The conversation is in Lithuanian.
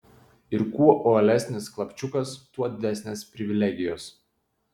ir kuo uolesnis klapčiukas tuo didesnės privilegijos